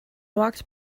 walked